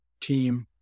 team